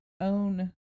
own